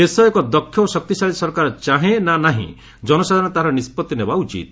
ଦେଶ ଏକ ଦକ୍ଷ ଓ ଶକ୍ତିଶାଳୀ ସରକାର ଚାହେଁ ନା ନାହିଁ ଜନସାଧାରଣ ତାହାର ନିଷ୍ପଭି ନେବା ଉଚିତ